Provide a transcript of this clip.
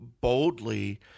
boldly